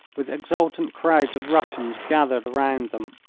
with exultant crowds of russians gathered round them.